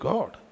God